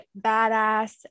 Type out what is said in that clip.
badass